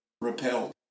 repelled